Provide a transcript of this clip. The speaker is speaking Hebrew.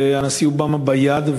לנשיא אובמה ביד.